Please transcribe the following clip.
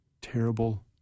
terrible